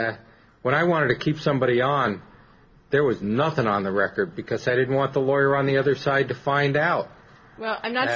when i wanted to keep somebody on there was nothing on the record because i didn't want the lawyer on the other side to find out well i'm not